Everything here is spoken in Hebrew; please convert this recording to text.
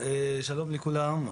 שלום לכולם,